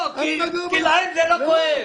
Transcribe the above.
להם זה לא כואב.